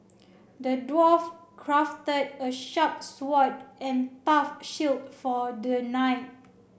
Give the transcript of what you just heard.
the dwarf crafted a sharp sword and tough shield for the knight